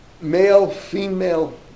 male-female